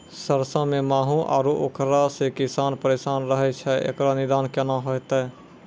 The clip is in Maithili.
सरसों मे माहू आरु उखरा से किसान परेशान रहैय छैय, इकरो निदान केना होते?